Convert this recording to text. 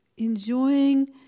enjoying